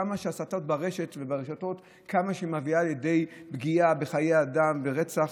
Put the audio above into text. כמה שהסתות ברשת וברשתות מביאות לידי פגיעה בחיי אדם ורצח,